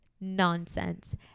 nonsense